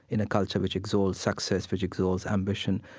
in a culture, which exalts success, which exalts ambition,